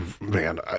man